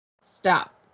Stop